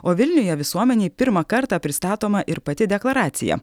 o vilniuje visuomenei pirmą kartą pristatoma ir pati deklaracija